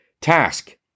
task